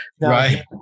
Right